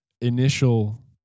initial